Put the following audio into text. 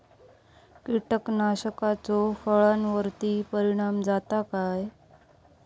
कीटकनाशकाचो फळावर्ती परिणाम जाता काय?